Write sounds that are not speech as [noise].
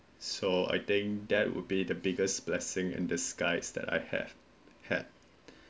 so I think that would be the biggest blessing in disguise that I had had [breath]